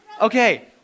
Okay